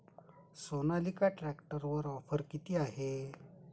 सोनालिका ट्रॅक्टरवर ऑफर किती आहे?